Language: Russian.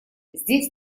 здесь